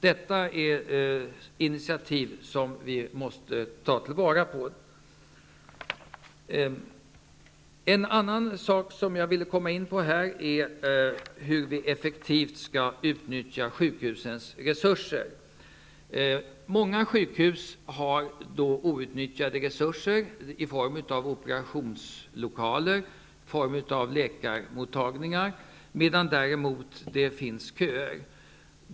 Detta är initiativ som vi måste ta vara på. En annan sak jag ville komma in på är hur vi effektivt skall kunna utnyttja sjukhusens resurser. Många sjukhus har outnyttjade resurser i form av operationslokaler och läkarmottagningar, samtidigt som det finns köer.